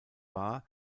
war